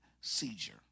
seizure